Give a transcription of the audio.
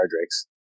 Drakes